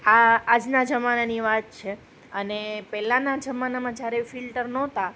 આ આ આજના જમાનાની વાત છે અને પહેલાંના જમાનામાં જ્યારે ફિલ્ટર નહોતાં